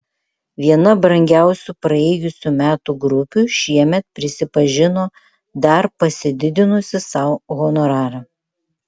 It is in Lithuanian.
viena brangiausių praėjusių metų grupių šiemet prisipažino dar pasididinusi sau honorarą